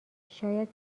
شاید